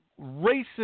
racist